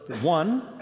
one